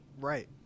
Right